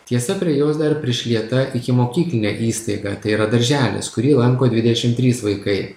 tiesa prie jos dar prišlieta ikimokyklinė įstaiga tai yra darželis kurį lanko dvidešim trys vaikai